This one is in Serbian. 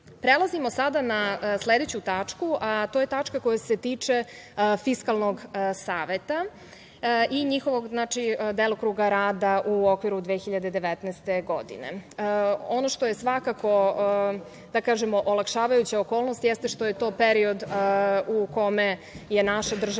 prelazimo na sledeću tačku, a to je tačka koja se tiče Fiskalnog saveta i njihovog delokruga rada u okviru 2019. godine. Ono što je svakako olakšavajuća okolnost jeste što je to period u kome je naša država